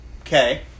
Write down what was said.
Okay